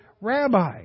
Rabbi